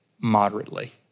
moderately